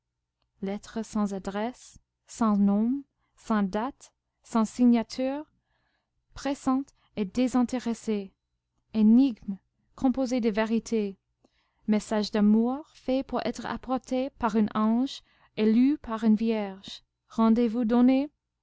lettre sans adresse sans nom sans date sans signature pressante et désintéressée énigme composée de vérités message d'amour fait pour être apporté par un ange et lu par une vierge rendez-vous donné